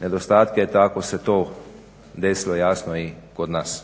nedostatke tako se to desilo jasno i kod nas,